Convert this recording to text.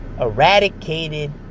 eradicated